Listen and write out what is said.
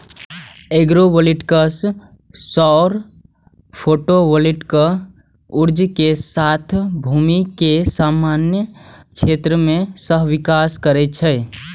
agrovoltaics सौर photovoltaic ऊर्जा के साथ भूमि के समान क्षेत्रक सहविकास करै छै